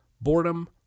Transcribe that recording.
boredom